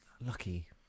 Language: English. lucky